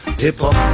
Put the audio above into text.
Hip-Hop